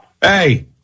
Hey